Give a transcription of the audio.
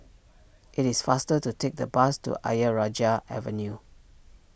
it is faster to take the bus to Ayer Rajah Avenue